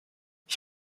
ich